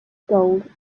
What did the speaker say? gold